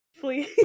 please